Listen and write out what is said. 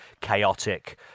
chaotic